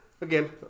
Again